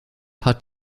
hat